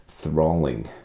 thralling